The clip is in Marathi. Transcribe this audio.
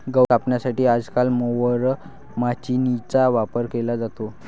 गवत कापण्यासाठी आजकाल मोवर माचीनीचा वापर केला जातो